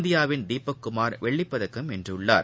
இந்தியாவின் தீபக் குமார் வெள்ளிப்பதக்கம் வென்றுள்ளார்